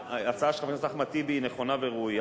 שההצעה של חבר הכנסת אחמד טיבי היא נכונה וראויה,